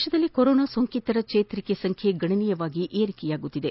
ದೇಶದಲ್ಲಿ ಕೊರೋನಾ ಸೋಂಕಿತರ ಚೇತರಿಕೆ ಪ್ರಮಾಣ ಗಣನೀಯವಾಗಿ ಏರಿಕೆಯಾಗುತ್ತಿದೆ